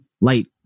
light